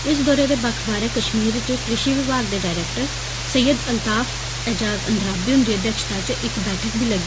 इस दौरे दे बक्ख बाहरें कश्मीर कृषि विमाग दे डायरैक्टर सैय्यद अल्ताफ एजाज़ अंद्राबी हुंदी अध्यक्षता इच इक बैठक बी लग्गी